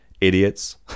idiots